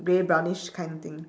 grey brownish kind thing